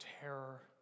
terror